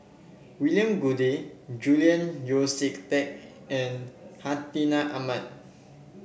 William Goode Julian Yeo See Teck and Hartinah Ahmad